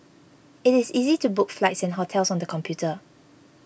it is easy to book flights and hotels on the computer